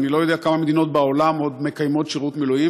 ואני לא יודע כמה מדינות בעולם עוד מקיימות שירות מילואים.